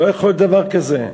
לא יכול להיות דבר כזה.